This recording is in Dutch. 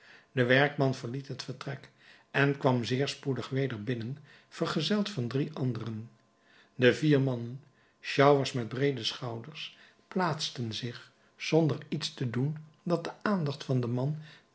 de werkman verliet het vertrek en kwam zeer spoedig weder binnen vergezeld van drie anderen de vier mannen sjouwers met breede schouders plaatsten zich zonder iets te doen dat de aandacht van den man